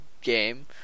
game